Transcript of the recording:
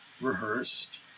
rehearsed